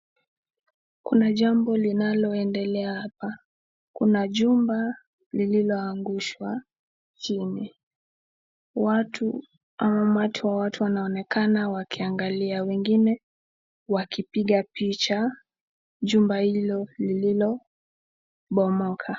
Kuna jambo linaloendela hapa . Kuna jumba lililoangushwa chini . Watu au umati wa watu wanaonekana wakiangalia wengine wakipiga picha jumba hilo lililo bomoka .